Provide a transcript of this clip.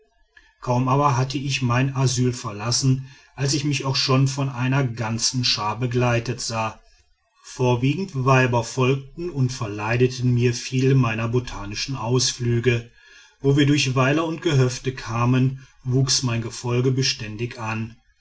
kaum aber hatte ich mein asyl verlassen als ich mich auch schon von einer ganzen schar begleitet sah vorwiegend weiber folgten und verleideten mir viele meiner botanischen ausflüge wo wir durch weiler und gehöfte kamen wuchs mein gefolge beständig an